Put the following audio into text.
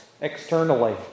externally